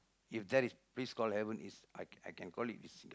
if there's a place called heaven is I can call it is Singa